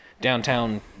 downtown